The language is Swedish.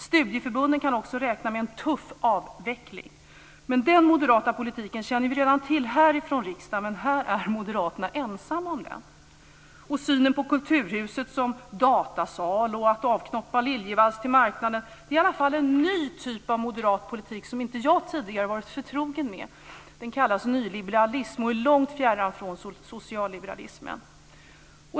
Studieförbunden kan också räkna med en tuff avveckling. Men den moderata politiken känner vi redan till härifrån riksdagen, men här är Moderaterna ensamma om den. Synen på Kulturhuset som datasal och att avknoppa Liljevalchs till marknaden är i alla fall en ny typ av moderat politik som inte jag tidigare varit förtrogen med. Den kallas nyliberalism och är långt fjärran från socialliberalismen.